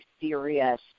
serious